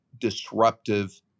disruptive